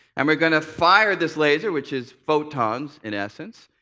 and we're going to fire this laser, which is photons, in essence.